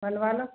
बनवालो